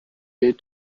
bid